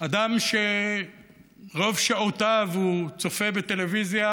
אדם שרוב שעותיו הוא צופה בטלוויזיה,